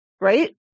right